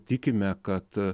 tikime kad